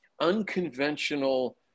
unconventional